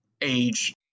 age